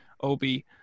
Obi